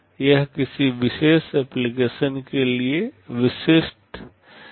यह किसी विशेष एप्लिकेशन के लिए बहुत विशिष्ट होगा